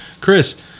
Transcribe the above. chris